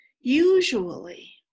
usually